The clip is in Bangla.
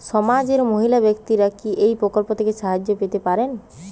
সমাজের মহিলা ব্যাক্তিরা কি এই প্রকল্প থেকে সাহায্য পেতে পারেন?